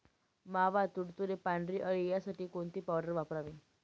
मावा, तुडतुडे, पांढरी अळी यासाठी कोणती पावडर वापरावी?